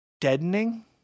deadening